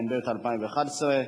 התשע"ב 2011,